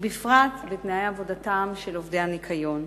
ובפרט בתנאי עבודתם של עובדי הניקיון,